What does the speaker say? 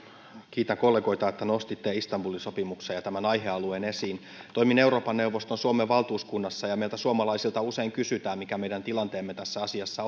kiitän kollegoita että nostitte istanbulin sopimuksen ja tämän aihealueen esiin toimin euroopan neuvoston suomen valtuuskunnassa ja meiltä suomalaisilta usein kysytään mikä meidän tilanteemme tässä asiassa